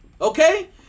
Okay